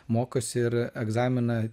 mokosi ir egzaminą